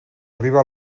arriba